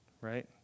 right